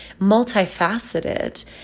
multifaceted